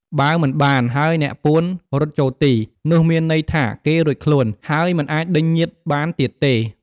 បើមិនបាន ហើយអ្នកពួនរត់ចូលទី នោះមានន័យថាគេរួចខ្លួន ហើយមិនអាចដេញញៀចបានទៀតទេ។